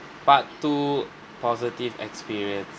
part two positive experience